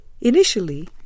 Initially